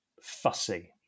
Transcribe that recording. fussy